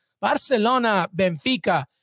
Barcelona-Benfica